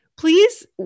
Please